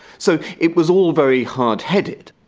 so it was all very hard-headed.